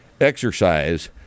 exercise